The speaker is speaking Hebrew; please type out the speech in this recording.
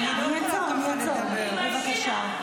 אין מישהו שמדבר --- את כנראה לא שמעת אותו מדבר.